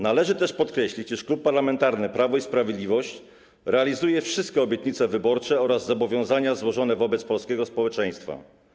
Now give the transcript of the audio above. Należy też podkreślić, iż Klub Parlamentarny Prawo i Sprawiedliwość realizuje wszystkie obietnice wyborcze oraz zobowiązania złożone wobec polskiego społeczeństwa.